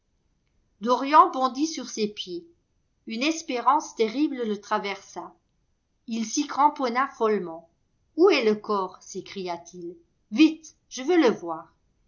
dorian bondit sur ses pieds une espérance terrible le traversa il s'y cramponna follement où est le corps s'écria-t-il vite je veux le voir